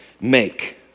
make